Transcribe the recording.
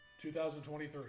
2023